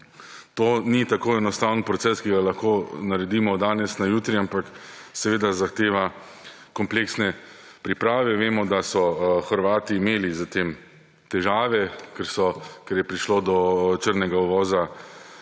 to ni tako enostaven proces, ki ga lahko naredimo od danes na jutri, ampak zahteva kompleksne priprave. Vemo, da so Hrvati imeli s tem težave, ker je prišlo do črnega uvoza